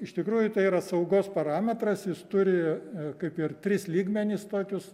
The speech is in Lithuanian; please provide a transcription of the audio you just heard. iš tikrųjų tai yra saugos parametras jis turi kaip ir tris lygmenis tokius